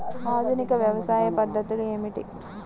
ఆధునిక వ్యవసాయ పద్ధతులు ఏమిటి?